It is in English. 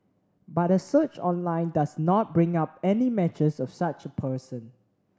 but a search online does not bring up any matches of such a person